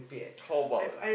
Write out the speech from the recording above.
how about